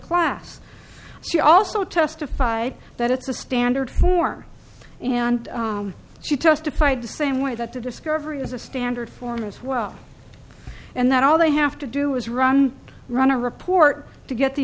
class she also testified that it's a standard form and she testified the same way that the discovery is a standard form as well and that all they have to do is run run a report to get the